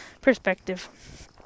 perspective